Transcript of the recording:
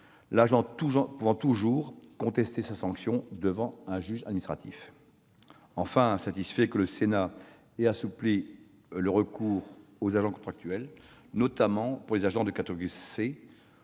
l'agent pouvant toujours contester sa sanction devant un juge administratif. Enfin, je suis satisfait que le Sénat ait assoupli le recours aux agents contractuels, notamment pour ceux de